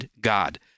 God